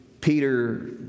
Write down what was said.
Peter